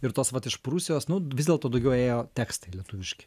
ir tos vat iš prūsijos nu vis dėlto daugiau ėjo tekstai lietuviški